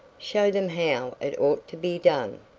show them how it ought to be done.